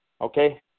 okay